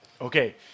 Okay